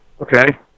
Okay